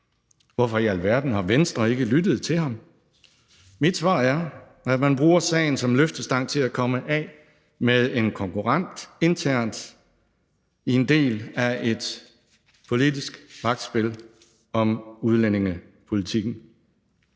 Hvorfor i alverden har Venstre ikke lyttet til ham? Mit svar er, at man bruger sagen som løftestang til at komme af med en konkurrent internt i en del af et politisk magtspil om udlændingepolitikken.